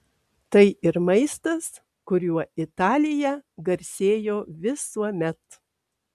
tai ir maistas kuriuo italija garsėjo visuomet